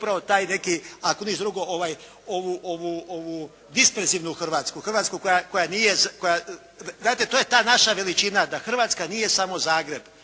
je taj neki ako ništa drugo ovu disperzivnu Hrvatsku, Hrvatsku koja. Gledajte, to je ta naša veličina da Hrvatska nije samo Zagreb,